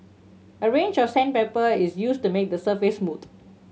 a range of sandpaper is used to make the surface smooth